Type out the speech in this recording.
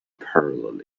parallel